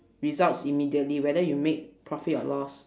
results immediately whether you make profit or loss